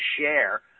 share